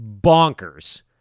bonkers